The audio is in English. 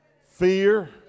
fear